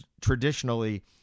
traditionally